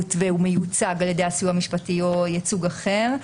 ומיוצג על ידי הסיוע המשפטי או ייצוג אחר.